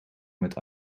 met